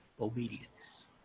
Obedience